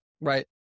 right